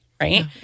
Right